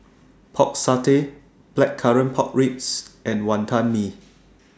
Pork Satay Blackcurrant Pork Ribs and Wonton Mee